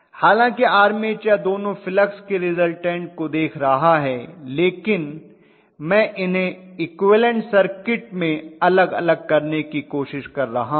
हालांकि आर्मेचर दोनों फ्लक्स के रिज़ल्टन्ट को देख रहा है लेकिन मैं उन्हें इक्विवलन्ट सर्किट में अलग अलग करने की कोशिश कर रहा हूं